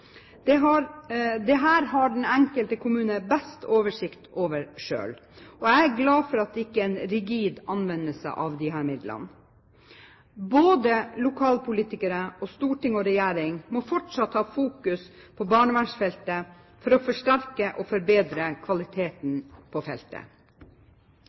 har den enkelte kommune best oversikt over selv. Jeg er glad for at det ikke er en rigid anvendelse av disse midlene. Både lokalpolitikere og storting og regjering må fortsatt ha fokus på barnevernsfeltet for å forsterke og forbedre